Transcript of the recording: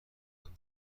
دادن